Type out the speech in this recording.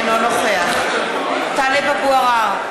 אינו נוכח טלב אבו עראר,